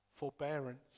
forbearance